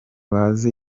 bazi